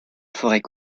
forêt